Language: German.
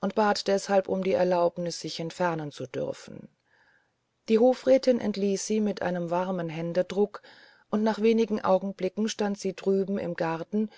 und bat deshalb um die erlaubnis sich entfernen zu dürfen die hofrätin entließ sie mit einem warmen händedruck und nach wenigen augenblicken stand sie drüben im garten